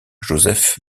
joseph